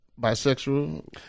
bisexual